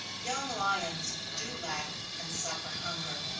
young lions do lack and suffer hunger,